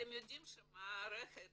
אתם יודעים שהמערכת